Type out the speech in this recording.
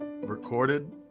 recorded